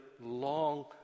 long